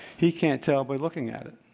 he can't tell by looking at it.